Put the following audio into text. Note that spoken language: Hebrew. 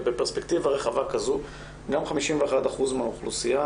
ובפרספקטיבה רחבה כזו גם 51% מהאוכלוסייה